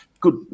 good